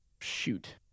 shoot